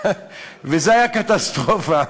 וזה היה קטסטרופה.